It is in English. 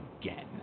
again